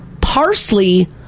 parsley